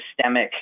systemic